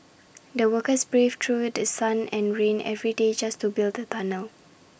the workers braved through The Sun and rain every day just to build the tunnel